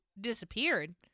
disappeared